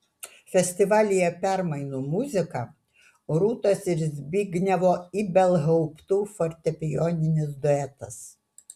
festivalyje permainų muzika rūtos ir zbignevo ibelhauptų fortepijoninis duetas